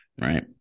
right